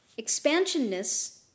Expansionness